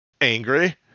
angry